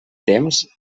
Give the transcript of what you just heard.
temps